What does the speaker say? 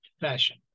fashion